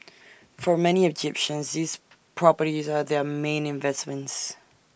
for many Egyptians these properties are their main investments